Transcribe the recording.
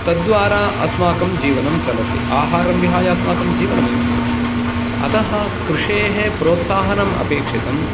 तद्वारा अस्माकं जीवनं चलति आहारं विहाय अस्माकं जीवनं एव नास्ति अतः कृषेः प्रोत्साहनं अपेक्षितं